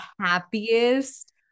happiest